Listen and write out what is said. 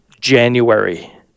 January